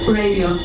radio